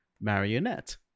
marionette